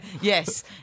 yes